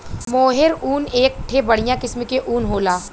मोहेर ऊन एक ठे बढ़िया किस्म के ऊन होला